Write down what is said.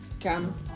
come